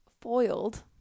foiled